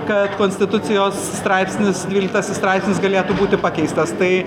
kad konstitucijos straipsnis dvyliktasis straipsnis galėtų būti pakeistas tai